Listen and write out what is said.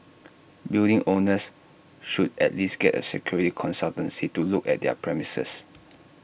building owners should at least get A security consultancy to look at their premises